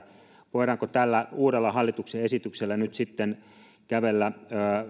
voidaanko tällä uudella hallituksen esityksellä nyt sitten kävellä